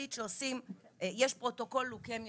יש פרוטוקול ללוקמיה,